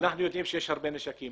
אנחנו יודעים שיש הרבה נשק.